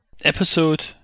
Episode